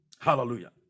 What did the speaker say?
Hallelujah